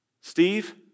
Steve